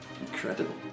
incredible